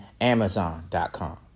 amazon.com